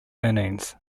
earnings